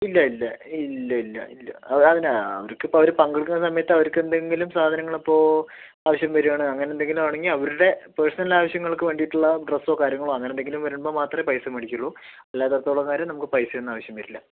ഇല്ല ഇല്ല ഇല്ലില്ല ഇല്ല അതിനു അവർക്കിപ്പോൾ അവര് പങ്കെടുക്കണസമയത്ത് അവർക്കെന്തെങ്കിലും സാധനങ്ങളിപ്പോൾ ആവശ്യം വരുവാണ് അങ്ങനെന്തെങ്കിലും ആണെങ്കിൽ അവരുടെ പേർസണൽ ആവശ്യങ്ങൾക്കു വേണ്ടീട്ടുള്ള ഡ്രെസ്സൊ കാര്യങ്ങളോ അങ്ങനെന്തെങ്കിലും വരുമ്പോൾ മാത്രമേ പൈസ മേടിക്കുള്ളൂ അല്ലാതൊക്കെയുള്ള കാര്യങ്ങൾക്ക് നമുക്ക് പൈസയൊന്നും ആവശ്യം വരില്ല